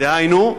דהיינו,